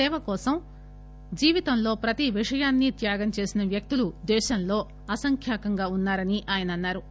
సేవ కోసం జీవితంలో ప్రతి విషయాన్సీ త్యాగం చేసిన వ్యక్తులు దేశంలో అసంఖ్యాకంగా ఉన్నారని ఆయన అన్నారు